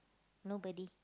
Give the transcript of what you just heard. nobody